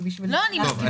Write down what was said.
ובשביל זה --- לא בכדי